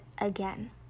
again